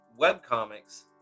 webcomics